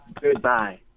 goodbye